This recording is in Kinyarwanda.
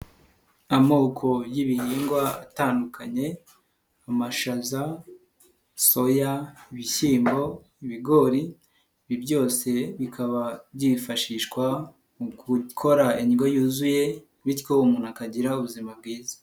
Amoko y'ibihingwa atandukanye; amashaza, soya, ibishyimbo, ibigori, ibi byose bikaba byifashishwa mu gukora indyo yuzuye, bityo umuntu akagira ubuzima bwiza.